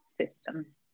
system